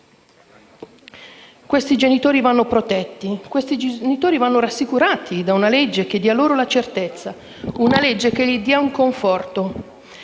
Questi genitori vanno protetti e rassicurati da una legge che dia loro la certezza. Una legge che gli dia un conforto.